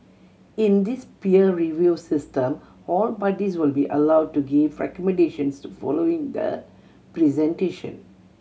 in this peer review system all parties will be allowed to give recommendations following the presentation